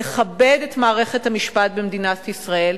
לכבד את מערכת המשפט במדינת ישראל,